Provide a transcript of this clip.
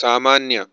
सामान्य